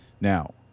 Now